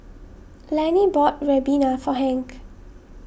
Lannie bought Ribena for Hank